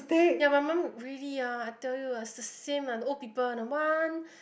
ya my mum really ah I tell you ah it's the same ah the old people ah the one